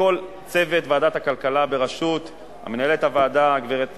לכל צוות ועדת הכלכלה בראשות מנהלת הוועדה, הגברת